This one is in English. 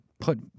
put